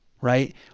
right